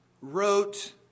wrote